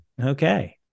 Okay